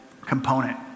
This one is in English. component